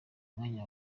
mwanya